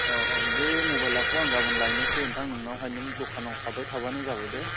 औ औ बे मबाइलखौ आं गाबोन लायनोसै नोंथां नोंनावहाय नों दखानआव थाबाय थाबानो जाबाय दे